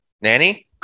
nanny